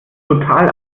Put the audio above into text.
total